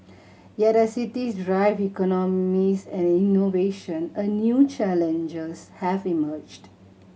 yet as cities drive economies and innovation a new challenges have emerged